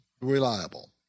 reliable